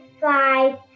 five